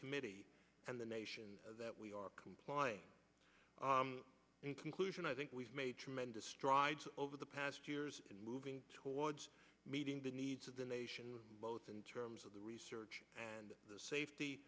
committee and the nation that we are complying in conclusion i think we've made tremendous strides over the past years in moving towards meeting the needs of the nation both in terms of the research and the safety